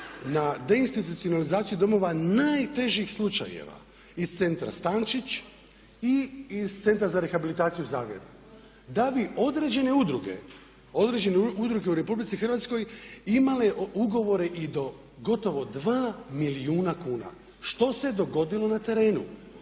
na de institucionalizaciju domova najtežih slučajeva iz centra Stančić i iz centra za rehabilitaciju u Zagrebu da bi određene udruge u RH imale ugovore i do gotovo 2 milijuna kuna. Što se dogodilo na terenu?